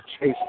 Chase